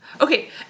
Okay